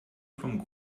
vom